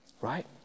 right